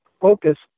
focus